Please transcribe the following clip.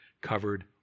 covered